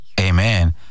Amen